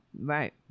Right